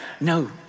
no